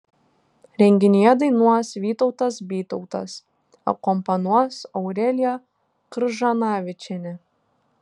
renginyje dainuos vytautas bytautas akompanuos aurelija kržanavičienė